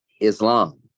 Islam